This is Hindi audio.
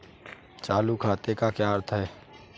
चालू खाते का क्या अर्थ है?